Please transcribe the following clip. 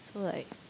so like